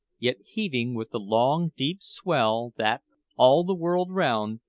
yet heaving with the long, deep swell that, all the world round,